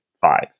five